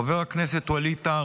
חבר הכנסת ווליד טאהא,